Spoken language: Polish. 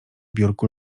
biurku